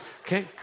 okay